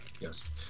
yes